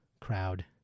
crowd